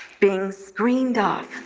being screened off,